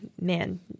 man